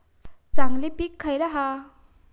चांगली पीक खयला हा?